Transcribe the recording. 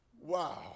Wow